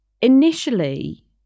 initially